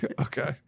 Okay